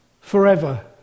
forever